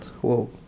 Whoa